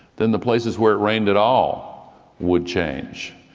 then the places where it rained at all would change.